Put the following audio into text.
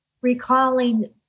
Recalling